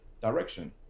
direction